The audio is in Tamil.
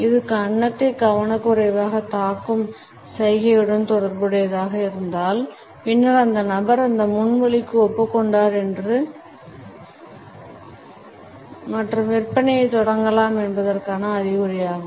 இது கன்னத்தை கவனக்குறைவாகத் தாக்கும் சைகையுடன் தொடர்புடையதாக இருந்தால் பின்னர் அந்த நபர் அந்த முன்மொழிவுக்கு ஒப்புக் கொண்டார் மற்றும் விற்பனையைத் தொடங்கலாம் என்பதற்கான அறிகுறியாகும்